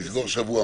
לסגור שבוע,